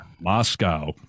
Moscow